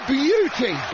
beauty